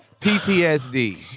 PTSD